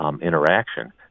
interaction